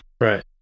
right